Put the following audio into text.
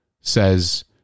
says